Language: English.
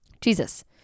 Jesus